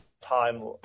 time